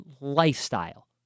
lifestyle